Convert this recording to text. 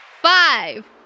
Five